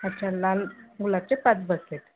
अच्छा लाल गुलाबाचे पाच गठ्ठे